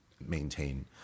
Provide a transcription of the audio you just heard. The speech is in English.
maintain